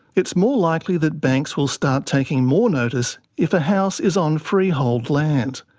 it's more likely that banks will start taking more notice if a house is on freehold land.